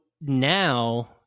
now